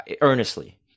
earnestly